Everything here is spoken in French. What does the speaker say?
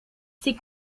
ses